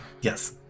yes